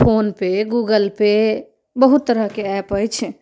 phone पे Google Pay बहुत तरहके app अछि